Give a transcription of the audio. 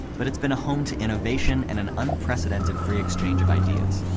but it's been a home to innovation and an unprecedented free exchange of ideas.